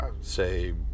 say